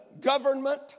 government